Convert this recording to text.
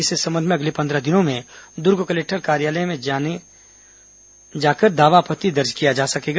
इस संबंध में अगले पन्द्रह दिनों में दूर्ग कलेक्टर कार्यालय में जाने दावा आपत्ति दर्ज किया जा सकेगा